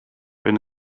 wenn